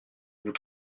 vous